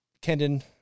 Kendon